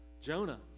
Jonah